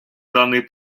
даний